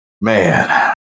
Man